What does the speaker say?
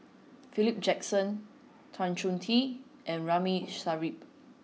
Philip Jackson Tan Choh Tee and Ramli Sarip